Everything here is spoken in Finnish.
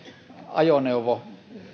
ajoneuvo